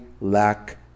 lack